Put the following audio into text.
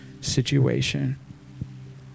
situation